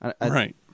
Right